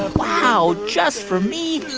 wow, just for me?